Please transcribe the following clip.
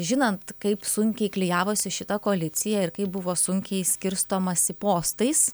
žinant kaip sunkiai klijavosi šita koalicija ir kaip buvo sunkiai skirstomasi postais